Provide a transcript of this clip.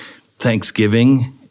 Thanksgiving